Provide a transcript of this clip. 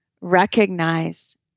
recognize